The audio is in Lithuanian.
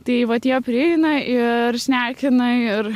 tai vat jie prieina ir šnekina ir